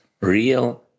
real